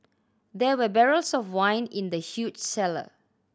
there were barrels of wine in the huge cellar